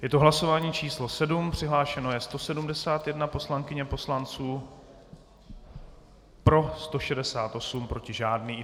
Je to hlasování číslo 7, přihlášeno je 171 poslankyň a poslanců, pro 168, proti žádný.